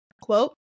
quote